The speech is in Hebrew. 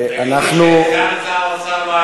ראיתי שסגן שר האוצר לא